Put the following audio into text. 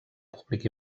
públic